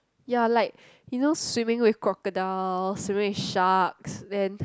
ya like you know swimming with crocodiles swimming with sharks then